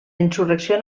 insurrecció